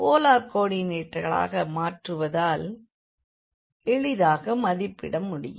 polar கோ ஆர்டிநேட்டுகளாக மாற்றுவதால் எளிதாக மதிப்பிட முடியும்